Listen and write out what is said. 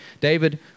David